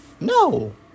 No